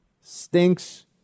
Stinks